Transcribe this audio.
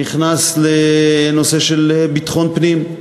נכנס לנושא של ביטחון פנים,